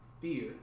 Fear